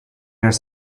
here